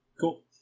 Cool